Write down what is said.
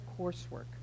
coursework